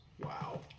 Wow